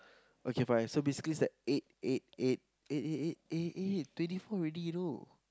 okay right so basically its like eight eight eight eight eight eight eight eh like twenty four already you know